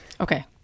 Okay